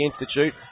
Institute